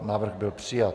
Návrh byl přijat.